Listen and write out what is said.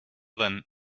then